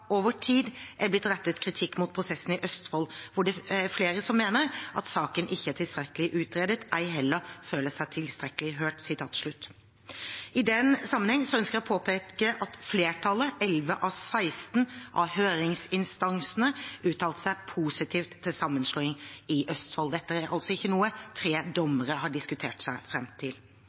over tid er blitt rettet kritikk mot prosessen i Østfold, hvor det er flere som mener at saken ikke er tilstrekkelig utredet, ei heller føler seg tilstrekkelig hørt.» I den sammenheng ønsker jeg å påpeke at flertallet, 11 av 16 av høringsinstansene, uttalte seg positivt til sammenslåingen i Østfold. Dette er ikke noe tre dommere har diskutert seg fram til.